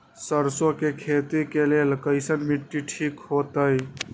सरसों के खेती के लेल कईसन मिट्टी ठीक हो ताई?